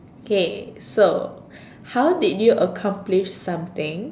okay so how did you accomplish something